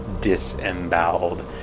disemboweled